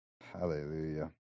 Hallelujah